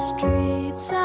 Streets